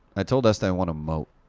i told estee i want a moat.